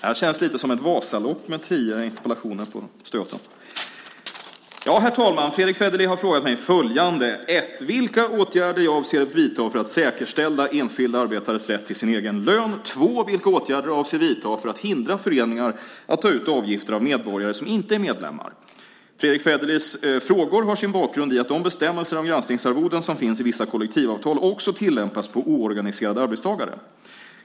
Herr talman! Fredrick Federley har frågat mig följande: 1. Vilka åtgärder avser statsrådet att vidta för att säkerställa enskilda arbetares rätt till sin egen lön och 2. vilka åtgärder avser statsrådet att vidta för att hindra föreningar att ta ut avgifter av medborgare som inte är medlemmar? Fredrick Federleys frågor har sin bakgrund i att de bestämmelser om granskningsarvoden som finns i vissa kollektivavtal också tillämpas på oorganiserade arbetstagare.